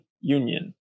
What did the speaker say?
union